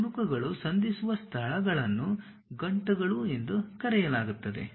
ತುಣುಕುಗಳು ಸಂಧಿಸುವ ಸ್ಥಳಗಳನ್ನು ಗಂಟುಗಳು ಎಂದು ಕರೆಯಲಾಗುತ್ತದೆ